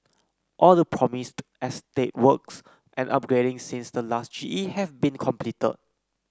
all the promised estate works and upgrading since the last G E have been completed